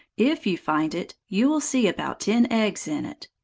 if you find it, you will see about ten eggs in it.